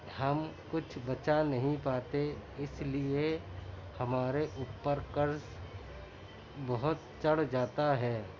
ہم کچھ بچا نہیں پاتے اس لیے ہمارے اوپر قرض بہت چڑھ جاتا ہے